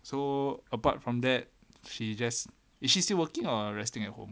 so apart from that she just is she still working or resting at home